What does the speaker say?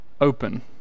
open